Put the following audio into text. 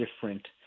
different